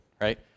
right